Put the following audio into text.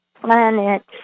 planets